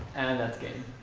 and that's a